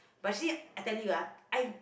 but she I tell you ah I